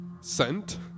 sent